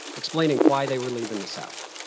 explaining why they were leaving the south.